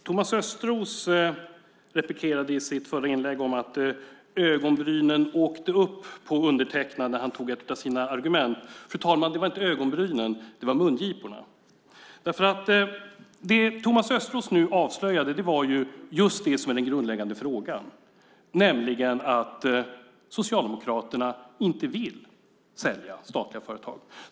Fru talman! Thomas Östros sade i sitt förra inlägg att ögonbrynen åkte upp på undertecknad när han tog upp ett av sina argument. Det var inte ögonbrynen, fru talman, utan mungiporna. Det som Thomas Östros avslöjade var just det som är den grundläggande frågan, nämligen att Socialdemokraterna inte vill sälja statliga företag.